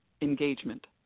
engagement